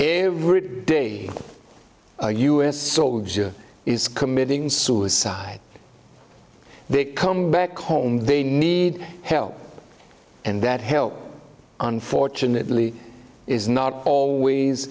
every day a u s soldier is committing suicide they come back home they need help and that help unfortunately is not always